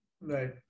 Right